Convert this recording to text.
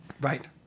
Right